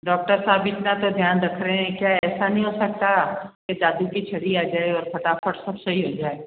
doctor साहब इतना तो ध्यान रख रहे हैं क्या ऐसा नहीं हो सकता कि जादू की छड़ी आ जाए और फ़टाफ़ट सब सही हो जाए